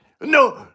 No